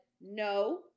no